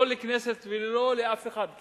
לא לכנסת ולא לאף אחד,